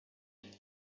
and